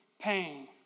pain